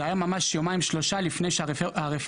זה היה ממש יומיים-שלושה לפני שהרפורמה